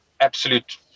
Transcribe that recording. absolute